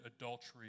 adultery